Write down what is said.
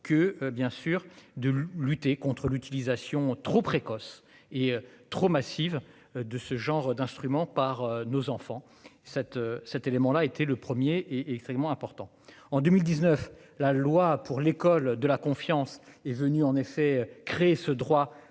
que bien sûr de lutter contre l'utilisation trop précoce et trop massive de ce genre d'instrument par nos enfants cet cet élément-là été le premier est extrêmement important en 2019 la loi pour l'école de la confiance est venu en effet créé ce droit